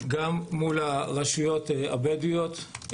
גם מול הרשויות הבדואיות,